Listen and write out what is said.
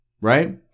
Right